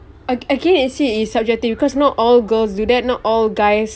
ag~ again you see it's subjective because not all girls do that not all guys